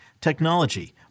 technology